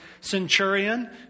centurion